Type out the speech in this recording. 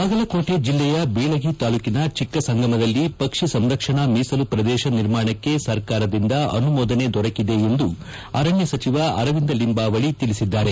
ಬಾಗಲಕೋಟೆ ಜೆಲ್ಲೆಯ ಬೀಳಗಿ ತಾಲ್ನೂಕನ ಚಿಕ್ಕಸಂಗಮದಲ್ಲಿ ಪಕ್ಷಿ ಸಂರಕ್ಷಣಾ ಮೀಸಲು ಪ್ರದೇಶ ನಿರ್ಮಾಣಕ್ಕೆ ಸರ್ಕಾರದಿಂದ ಅನುಮೋದನೆ ದೊರೆಕಿದೆ ಎಂದು ಅರಣ್ಯ ಸಚಿವ ಅರವಿಂದ ಲಿಂಬಾವಳಿ ತಿಳಿಸಿದ್ದಾರೆ